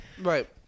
Right